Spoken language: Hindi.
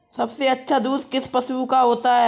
सबसे अच्छा दूध किस पशु का होता है?